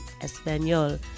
Espanol